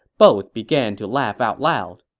both began to laugh out loud.